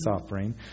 offering